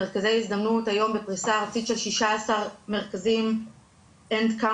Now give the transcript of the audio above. מרכזי הזדמנות היום בפריסה ארצית של 16 מרכזיםand counting